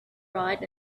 bright